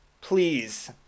please